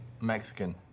Mexican